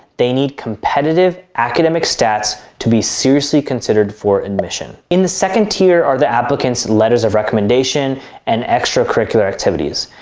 they need competitive academic stats to be seriously considered for admission. in the second tier are the applicants letters of recommendation and extracurricular activities.